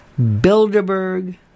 Bilderberg